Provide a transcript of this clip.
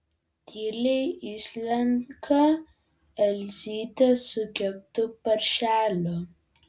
tyliai įslenka elzytė su keptu paršeliu